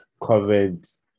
COVID